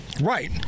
Right